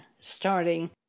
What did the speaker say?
starting